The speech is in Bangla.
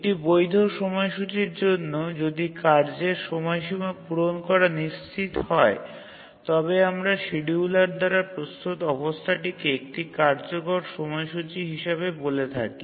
একটি বৈধ সময়সূচীর জন্য যদি কার্যের সময়সীমা পূরণ করা নিশ্চিত হয় তবে আমরা শিডিয়ুলার দ্বারা প্রস্তুত অবস্থাটিকে একটি কার্যকর সময়সূচী হিসাবে বলে থাকি